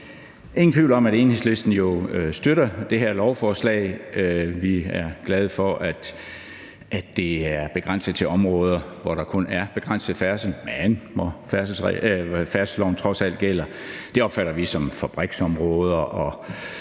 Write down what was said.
Ingen tvivl om, at Enhedslisten jo støtter det her lovforslag. Vi er glade for, at det er begrænset til områder, hvor der kun er begrænset færdsel, men hvor færdselsloven trods alt gælder. Det opfatter vi som fabriksområder